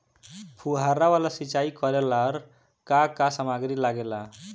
फ़ुहारा वाला सिचाई करे लर का का समाग्री लागे ला?